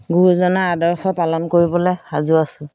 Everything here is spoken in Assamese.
গুৰুজনাৰ আদৰ্শ পালন কৰিবলৈ সাজু আছোঁ